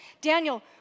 Daniel